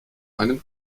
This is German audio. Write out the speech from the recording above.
einem